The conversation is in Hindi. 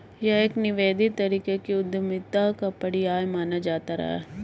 यह एक निवेदित तरीके की उद्यमिता का पर्याय माना जाता रहा है